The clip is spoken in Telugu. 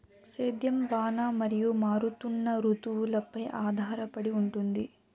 సేద్యం వాన మరియు మారుతున్న రుతువులపై ఆధారపడి ఉంటుంది